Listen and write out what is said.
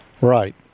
Right